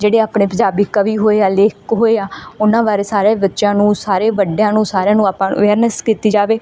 ਜਿਹੜੇ ਆਪਣੇ ਪੰਜਾਬੀ ਕਵੀ ਹੋਏ ਹੈ ਲੇਖਕ ਹੋਏ ਆ ਉਹਨਾਂ ਬਾਰੇ ਬੱਚਿਆਂ ਨੂੰ ਸਾਰੇ ਵੱਡਿਆਂ ਨੂੰ ਸਾਰਿਆਂ ਨੂੰ ਆਪਾਂ ਅਵੇਅਰਨੈਸ ਕੀਤੀ ਜਾਵੇ